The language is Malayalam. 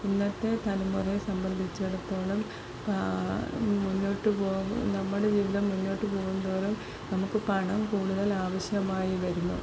ഇന്നത്തെ തലമുറയെ സംബന്ധിച്ചെടുത്തോളം മുന്നോട്ട് പോകും നമ്മുടെ ജീവിതം മുന്നോട്ട് പോകുന്തോറും നമുക്ക് പണം കൂടുതൽ ആവശ്യമായി വരുന്നു